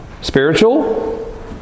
Spiritual